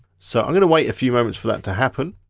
so i'm gonna wait a few moments for that to happen,